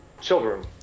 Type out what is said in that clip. Children